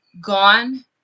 gone